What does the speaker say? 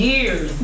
Years